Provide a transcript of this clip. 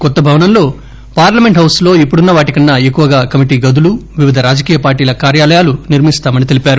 కొత్త భవనంలో పార్లమెంట్ హౌస్లో ఇప్పడున్న వాటికన్నా ఎక్కువగా కమిటీ గదులు వివిధ రాజకీయ పార్టీల కార్యాలయాలు నిర్మిస్తామని తెలిపారు